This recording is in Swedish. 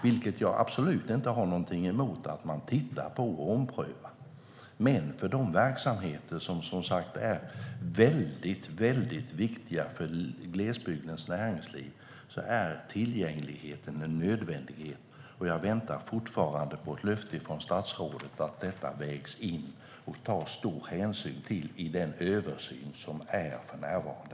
Jag har absolut inte någonting emot att man tittar på och omprövar det, men för de verksamheter som är väldigt viktiga för glesbygdens näringsliv är tillgängligheten en nödvändighet. Jag väntar fortfarande på ett löfte från statsrådet om att detta vägs in och tas stor hänsyn till i den översyn som är för närvarande.